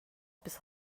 bis